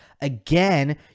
Again